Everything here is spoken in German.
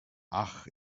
ach